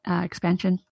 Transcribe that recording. expansion